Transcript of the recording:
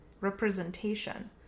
representation